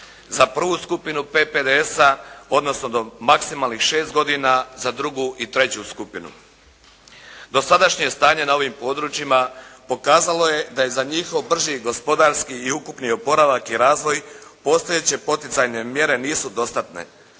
za prvu skupinu PPDS-a odnosno do maksimalnih 6 godina za drugu i treću skupinu. Dosadašnje stanje na ovim područjima pokazalo je da je za njihov brži gospodarski i ukupni oporavak i razvoj postojeće poticajne mjere nisu dostatne.